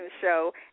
show